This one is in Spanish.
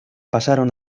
pasaron